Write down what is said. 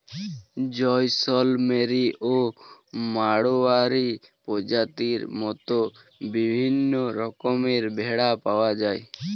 জয়সলমেরি ও মাড়োয়ারি প্রজাতির মত বিভিন্ন রকমের ভেড়া পাওয়া যায়